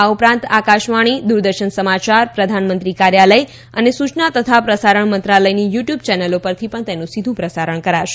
આ ઉપરાંત આકાશવાણી દૂરદર્શન સમાચાર પ્રધાનમંત્રી કાર્યાલય અને સૂચના તથા પ્રસારણ મંત્રાલયની યુ ટ્યૂબ ચેનલો પરથી પણ તેનું સીધુ પ્રસારણ કરાશે